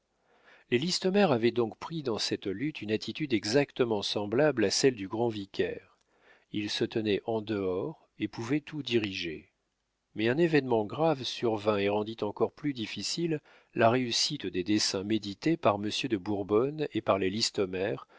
les listomère avaient donc pris dans cette lutte une attitude exactement semblable à celle du grand vicaire ils se tenaient en dehors et pouvaient tout diriger mais un événement grave survint et rendit encore plus difficile la réussite des desseins médités par monsieur de bourbonne et par les listomère